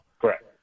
Correct